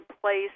place